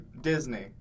Disney